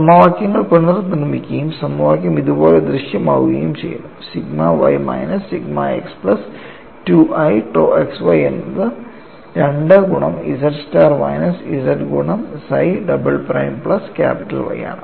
സമവാക്യങ്ങൾ പുനർനിർമിക്കുകയും സമവാക്യം ഇതുപോലെ ദൃശ്യമാവുകയും ചെയ്യുന്നു sigma y minus sigma x plus 2i tau xy എന്നത് 2 ഗുണം z സ്റ്റാർ മൈനസ് z ഗുണം psi double prime plus capital Y ആണ്